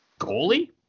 goalie